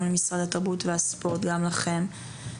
גם למשרד התרבות והספורט וגם למשטרה,